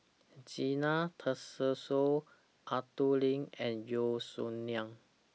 Zena Tessensohn Arthur Lim and Yeo Song Nian